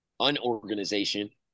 unorganization